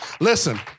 Listen